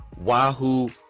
wahoo